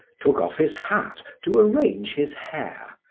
took off his hat to arrange his hair,